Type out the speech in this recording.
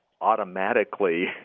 automatically